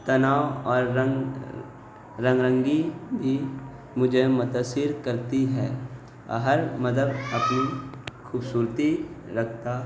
تناؤ اور رنگ رن رنگی بھی مجھے متثر کرتی ہے ہر مذہب اپنی خوبصورتی رکھتا